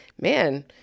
man